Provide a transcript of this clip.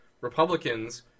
Republicans